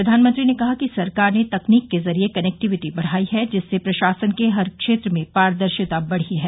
प्रधानमंत्री ने कहा कि सरकार ने तकनीक के जरिये क्नेक्विटी बढाई है जिससे प्रशासन के हर क्षेत्र में पारदर्शिता बढी है